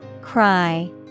Cry